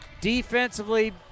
defensively